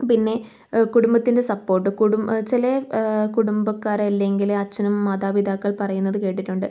പിന്നെ കുടുംബത്തിൻ്റെ സപ്പോർട്ട് കുടും ചില കുടുംബക്കാർ അല്ലെങ്കില് അച്ഛനും മാതാപിതാക്കൾ പറയുന്നത് കേട്ടിട്ടുണ്ട്